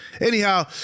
Anyhow